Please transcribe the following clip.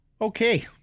Okay